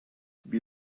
wie